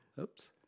Oops